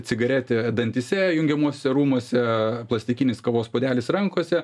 cigaretė dantyse jungiamuosiuose rūmuose plastikinis kavos puodelis rankose